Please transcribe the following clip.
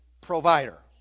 Provider